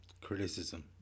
Criticism